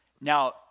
Now